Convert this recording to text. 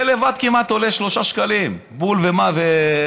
זה לבד עולה כמעט 3 שקלים, בול וכו'.